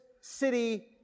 city